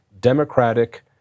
Democratic